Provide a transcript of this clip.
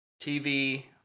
TV